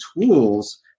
tools